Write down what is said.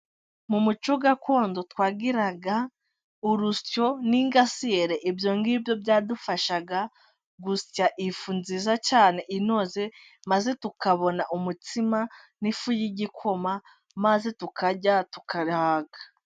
Mu muco gakondo twagiraga urusyo n'ingasire, ibyo ngibyo byadufashaga gusya ifu nziza cyane inoze, maze tukabona umutsima n'ifu y'igikoma maze tukarya tugahaga.